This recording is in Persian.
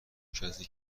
کسی